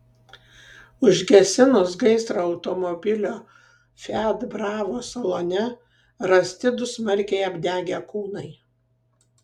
užgesinus gaisrą automobilio fiat bravo salone rasti du smarkiai apdegę kūnai